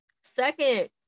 Second